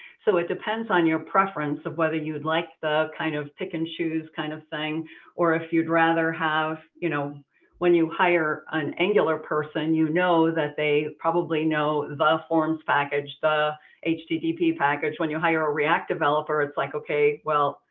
so it depends on your preference of whether you like the kind of pick and choose kind of thing or if you'd rather have, you know when you hire an angular person, you know that they probably know the forms package, the http package. when you hire a react developer, it's like, okay, well,